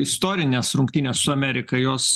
istorinės rungtynės su amerika jos